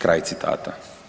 Kraj citata.